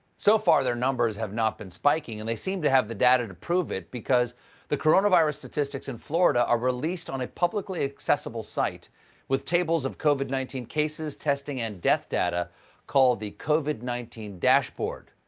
so far, their numbers have not been spiking. and they seem to have the data to prove it, because the coronavirus statistics in florida are released on a publicly accessible site with tables of covid nineteen cases, testing, and death data called the covid nineteen dashboard.